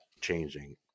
changing